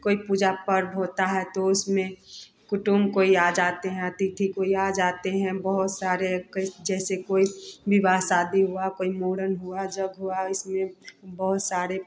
कोई पूजा पर्व होता है तो उसमें कुटुंब कोई आ जाते हैं अतिथि कोई आ जाते हैं बहुत सारे जैसे कोई विवाह शादी हुआ कोई मुंडन हुआ जब हुआ इसमें बहुत सारे